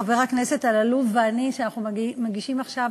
חבר הכנסת אלאלוף ואני מגישים עכשיו,